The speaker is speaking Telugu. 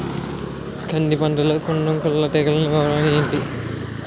కంది పంటలో కందము కుల్లు తెగులు నివారణ ఏంటి?